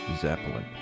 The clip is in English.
Zeppelin